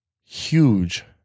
huge